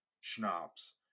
schnapps